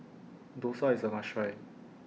Dosa IS A must Try